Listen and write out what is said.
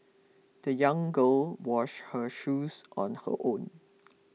the young go washed her shoes on her own